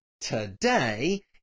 today